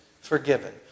forgiven